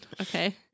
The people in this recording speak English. Okay